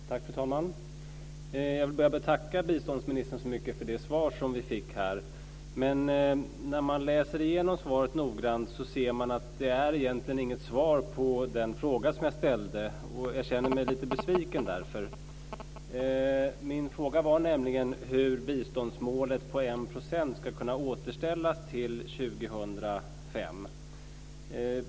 Fru talman! Jag vill börja med att tacka biståndsministern för det svar som vi fick här. När man läser igenom svaret noggrant ser man att det egentligen inte är något svar på den fråga som jag ställde. Jag känner mig därför lite besviken. Min fråga var nämligen hur biståndsmålet på 1 % ska kunna återställas till 2005.